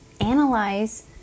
analyze